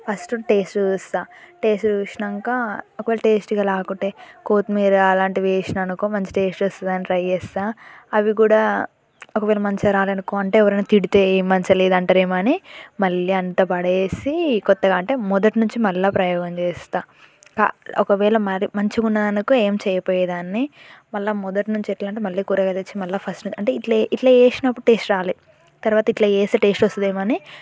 first taste చూస్తాను taste చూసినంక ఒకవేళ టేస్ట్గా రాకుంటే కోతిమీర అలాంటివి వేసినా అనుకో మంచి టేస్ట్ వస్తాదని ట్రై చేస్తాను అవి కూడా ఒకవేళ మంచిగా రాదనుకో అంటే ఎవరైనా తిడితే ఏం మంచిగా లేదంటారు ఏమో అని మళ్ళీ అంతా పడేసి కొత్తగా అంటే మొదటి నుంచి మళ్ళీ ప్రయోగం చేస్తాను ఒకవేళ మరి మంచిగా ఉన్నదనుకో ఏం చేయకపోయేదాన్ని మళ్ళీ మొదటినుంచి ఎట్లా అంటే మళ్ళీ కూరగాయలు తెచ్చి మళ్ళీ ఫస్ట్ నుంచి అంటే ఇట్లా ఇట్లా చేసినప్పుడు టేస్ట్ రాలే తర్వాత ఇట్లా చేస్తే టేస్ట్ వస్తుందేమో అని